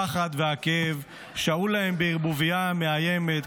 הפחד והכאב שהו להם בערבוביה מאיימת,